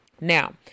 Now